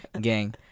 gang